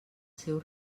seu